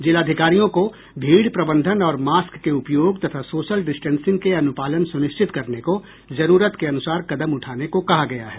जिलाधिकारियों को भीड़ प्रबंधन और मास्क के उपयोग तथा सोशल डिस्टेंसिंग के अनुपालन सुनिश्चित करने को जरूरत के अनुसार कदम उठाने को कहा गया है